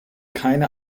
keine